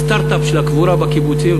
הסטרט-אפ של הקבורה בקיבוצים,